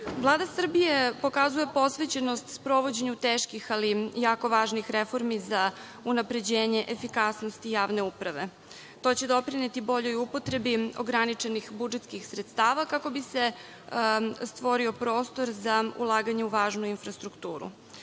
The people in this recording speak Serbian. važni. Vlada Srbije pokazuje posvećenost sprovođenju teških ali jako važnih reformi za unapređenje efikasnosti javne uprave. To će doprineti boljoj upotrebi ograničenih budžetskih sredstava, kako bi se stvorio prostor za ulaganje u važnu infrastrukturu. Modernizacija